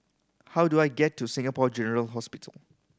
how do I get to Singapore General Hospital